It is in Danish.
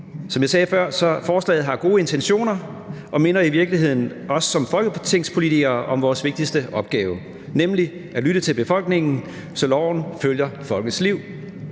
Som jeg sagde før, har forslaget gode intentioner og minder i virkeligheden os som folketingspolitikere om vores vigtigste opgave, nemlig at lytte til befolkningen, så loven følger folkets liv.